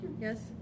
Yes